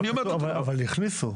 אבל הכניסו.